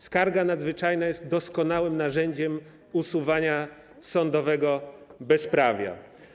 Skarga nadzwyczajna jest doskonałym narzędziem służącym do usuwania sądowego bezprawia.